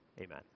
amen